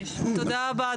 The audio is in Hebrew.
תודה רבה,